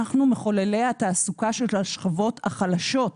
אנחנו מחוללי התעסוקה של השכבות החלשות.